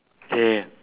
yeah